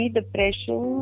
depression